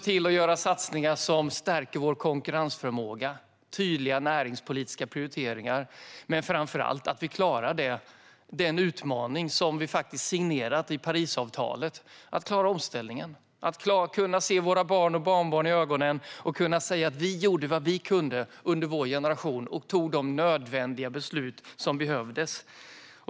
Vi gör satsningar som stärker vår konkurrensförmåga med tydliga näringspolitiska prioriteringar, men framför allt ska vi klara den utmaning som vi signerat genom Parisavtalet. Vi ska klara omställningen för att kunna se våra barn och barnbarn i ögonen och säga att vi i vår generation gjorde vad vi kunde och tog de nödvändiga besluten.